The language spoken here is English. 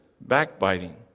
backbiting